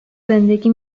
زندگی